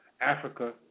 Africa